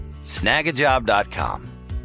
Snagajob.com